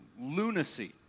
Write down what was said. lunacy